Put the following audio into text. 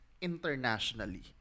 internationally